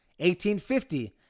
1850